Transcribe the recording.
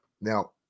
Now